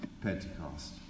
Pentecost